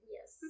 Yes